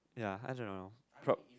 ya I don't know prob~